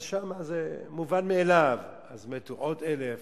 אבל שם זה מובן מאליו, אז מתו עוד אלף